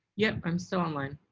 yet. i'm still online.